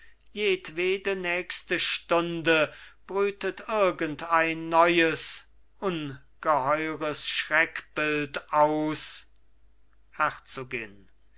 jedwede nächste stunde brütet irgend ein neues ungeheures schreckbild aus herzogin